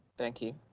thank you,